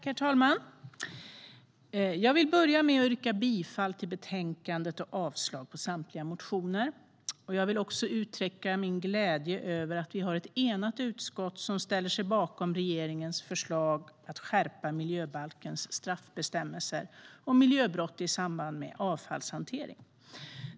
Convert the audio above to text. Herr ålderspresident! Jag börjar med att yrka bifall till förslaget i betänkandet och avslag på samtliga motioner. Jag vill också utrycka min glädje över att vi har ett enat utskott som ställer sig bakom regeringens förslag att skärpa miljöbalkens straffbestämmelse om miljöbrott i samband med avfallshantering.